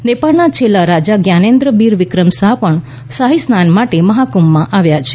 નેપાળના છેલ્લા રાજા જ્ઞાનેન્દ્ર બીર વિક્રમ શાહ પણ શાહી સ્નાન માટે મહાકુંભમાં આવ્યા છે